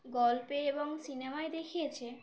গল্পে এবং সিনেমায় দেখিয়েছে